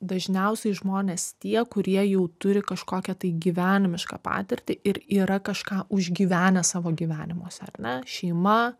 dažniausiai žmonės tie kurie jau turi kažkokią tai gyvenimišką patirtį ir yra kažką užgyvenę savo gyvenimuose ar ne šeima